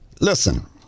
listen